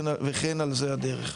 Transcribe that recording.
וכן על זה הדרך.